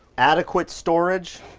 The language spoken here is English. adequate storage,